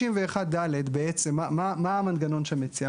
261(ד) בעצם מה, מה המנגנון שם מציע?